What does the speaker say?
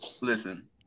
Listen